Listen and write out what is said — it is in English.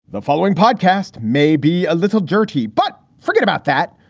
the following podcast may be a little dirty, but forget about that.